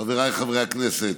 חבריי חברי הכנסת,